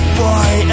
boy